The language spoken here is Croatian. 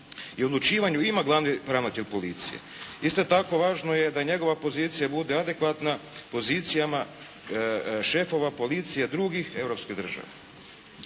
i odlučivanju ima glavni ravnatelj policije. Isto tako važno je da njegova pozicija bude adekvatna pozicijama šefova policije drugih europskih država.